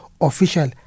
official